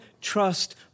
trust